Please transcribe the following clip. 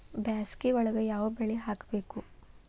ಬ್ಯಾಸಗಿ ಒಳಗ ಯಾವ ಬೆಳಿ ಹಾಕಬೇಕು?